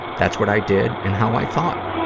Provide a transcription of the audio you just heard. that's' what i did and how i thought.